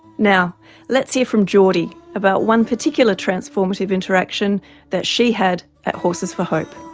now let's hear from jordy about one particular transformative interaction that she had at horses for hope.